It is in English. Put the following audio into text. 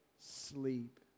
sleep